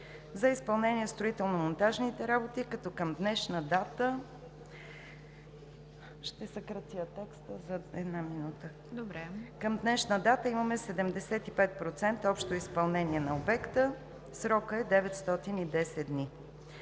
за изпълнение на строително-монтажните работи. Към днешна дата имаме 75% общо изпълнение на обекта. Срокът е 910 дни.